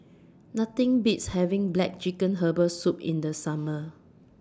Nothing Beats having Black Chicken Herbal Soup in The Summer